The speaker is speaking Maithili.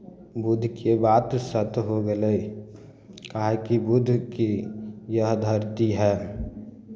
बुद्धके बात सत्य हो गेलै काहेकि बुद्ध की यह धरती है